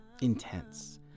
intense